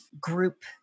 group